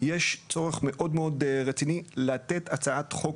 יש צורך מאוד מאוד רציני לתת הצעת חוק